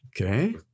Okay